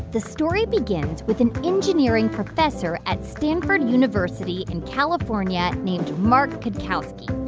the story begins with an engineering professor at stanford university in california named mark cutkosky.